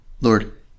Lord